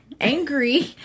angry